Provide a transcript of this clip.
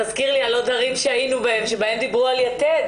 תזכיר לי על עוד דברים שהיינו בהם שבהם דיברו על "יתד",